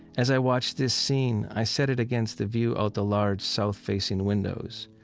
as i watch this scene, i set it against the view out the large south-facing windows,